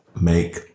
make